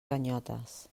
ganyotes